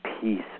peace